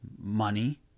money